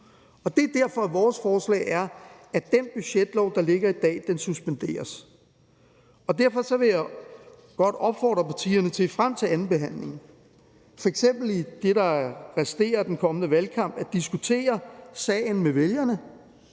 Og det er derfor, at vores forslag er, at den budgetlov, der ligger i dag, suspenderes. Derfor vil jeg godt opfordre partierne til frem til andenbehandlingen, f.eks. i det, der resterer af den kommende valgkamp, at diskutere sagen med vælgerne,